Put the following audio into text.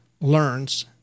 learns